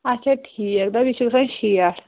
اچھا ٹھیٖک دَپ یہِ چھُ یِہےَ شیٹھ